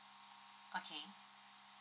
okay